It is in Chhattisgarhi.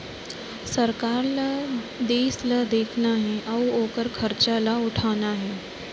सरकार ल देस ल देखना हे अउ ओकर खरचा ल उठाना हे